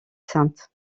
sainte